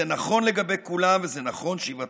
זה נכון לגבי כולם, וזה נכון שבעתיים